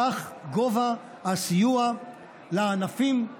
כך גובה הסיוע לענפים,